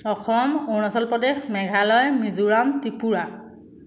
Assam Arunachal Pradesh Meghalaya Mizoram Tripura